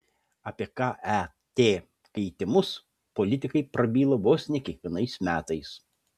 apie ket keitimus politikai prabyla vos ne kiekvienais metais